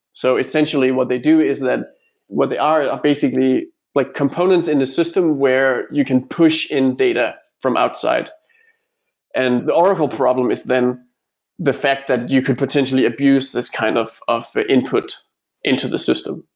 so essentially what they do is that what they are are basically like components in the system where you can push in data from outside and the oracle problem is then the fact that you could potentially abuse this kind of ah input into the system.